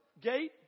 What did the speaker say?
gate